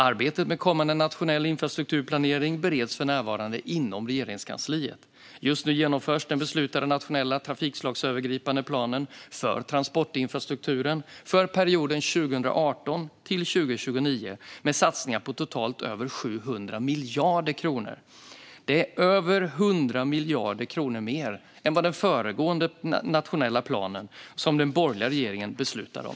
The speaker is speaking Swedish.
Arbetet med kommande nationell infrastrukturplanering bereds för närvarande inom Regeringskansliet. Just nu genomförs den beslutade nationella trafikslagsövergripande planen för transportinfrastrukturen för perioden 2018-2029 med satsningar på totalt över 700 miljarder kronor. Det är över 100 miljarder kronor mer än den föregående nationella planen, som den borgerliga regeringen beslutade om.